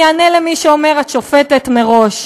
אני אענה למי שאומר: את שופטת מראש.